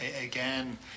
Again